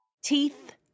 teeth